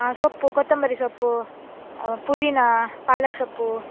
ಹಾಂ ಸೊಪ್ಪು ಕೊತ್ತಂಬರಿ ಸೊಪ್ಪು ಪುದೀನಾ ಪಾಲಕ್ ಸೊಪ್ಪು